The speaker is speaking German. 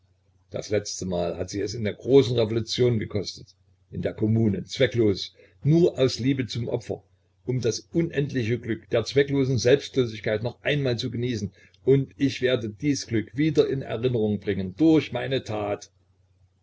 das letzte mal hat sie es in den großen revolutionen gekostet in der kommune zwecklos nur aus liebe zum opfer um das unendliche glück der zwecklosen selbstlosigkeit noch einmal zu genießen und ich werde dies glück wieder in erinnerung bringen durch meine tat